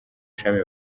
shami